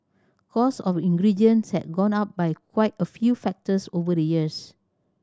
cost of ingredients has gone up by quite a few factors over the years